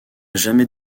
jamais